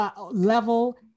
level